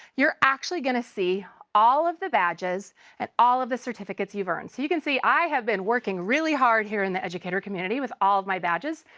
you're actually going to see all of the badges and all of the certificates you've earned. so you can see i have been working really hard here in the educator community with all of my badges.